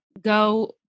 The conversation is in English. go